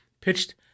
pitched